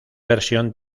versión